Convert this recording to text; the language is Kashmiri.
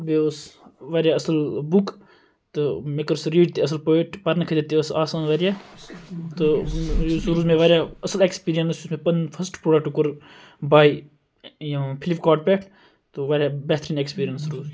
بیٚیہِ اوس واریاہ اصل بُک تہٕ مےٚ کٔر سۄ ریٖڈ تہِ اصل پٲٹھۍ پَرنہٕ خٲطرٕ تہِ ٲسۍ سۄ آسان واریاہ تہٕ سُہ روٗز مےٚ واریاہ اصل ایٚکسپیٖریَنس یُس مےٚ پَنُن فٔسٹہٕ پروڈَکٹہٕ کوٚر باے ییٚمہِ فِلپکاٹ پیٚٹھ تہِ واریاہ بہتریٖن ایٚکسپیٖریَنس روٗد